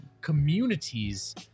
communities